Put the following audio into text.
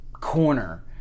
corner